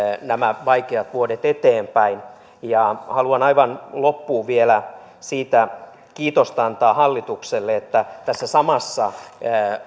nämä vaikeat vuodet eteenpäin haluan aivan loppuun vielä antaa kiitosta hallitukselle tässä samassa